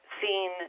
seen